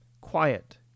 Quiet